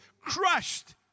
crushed